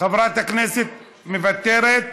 חברת הכנסת מוותרת?